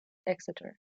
exeter